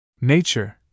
nature